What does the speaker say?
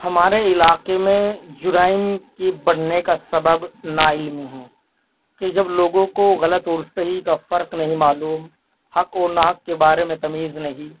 ہمارے علاقے میں جَرائم کی بڑھنے کا سبب ناعلمی ہے کہ جب لوگوں کو غلط اور صحیح کا فرق نہیں معلوم حق اور ناحق کے بارے میں تمیز نہیں